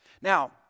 Now